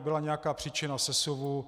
Byla nějaká příčina sesuvu.